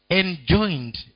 enjoined